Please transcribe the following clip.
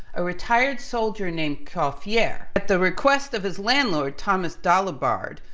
a retired soldier named coiffier, at the request of his landlord, thomas dalibard,